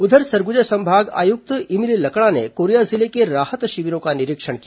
उधर सरगुजा संभाग आयुक्त इमिल लकड़ा ने कोरिया जिले के राहत शिविरों का निरीक्षण किया